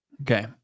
okay